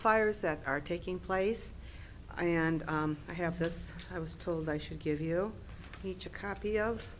fires that are taking place and i have that i was told i should give you each a copy of